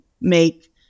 make